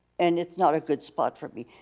and it's not a good spot for me.